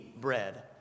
bread